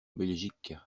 belgique